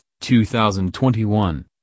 2021